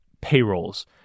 payrolls